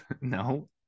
No